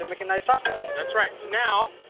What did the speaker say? um make a nice sausage. that's right. so now,